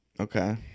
okay